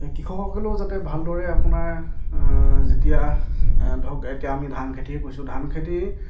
কৃষকসকলেও যাতে ভালদৰে আপোনাৰ যেতিয়া ধৰক এতিয়া আমি ধান খেতিয়ে কৈছোঁ ধান খেতি